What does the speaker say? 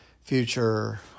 future